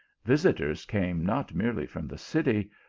visitors came not merely from the city,